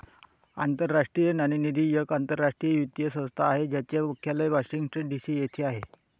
आंतरराष्ट्रीय नाणेनिधी ही एक आंतरराष्ट्रीय वित्तीय संस्था आहे ज्याचे मुख्यालय वॉशिंग्टन डी.सी येथे आहे